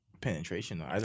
penetration